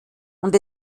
und